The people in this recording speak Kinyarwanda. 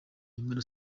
yemera